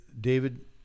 David